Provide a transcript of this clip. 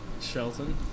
Shelton